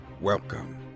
Welcome